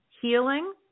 healing